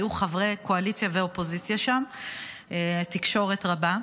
היו חברי קואליציה ואופוזיציה שם ותקשורת רבה.